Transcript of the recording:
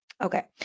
Okay